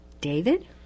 David